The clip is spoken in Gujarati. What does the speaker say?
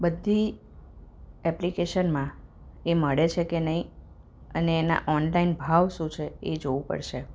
બધી એપ્લિકેશનમાં એ મળે છે કે નહીં અને એના ઓનલાઈન ભાવ શું છે એ જોવું પડશે